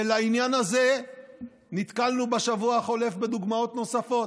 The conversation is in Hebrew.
ובעניין הזה נתקלנו בשבוע החולף בדוגמאות נוספות.